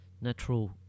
natural